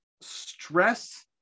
stress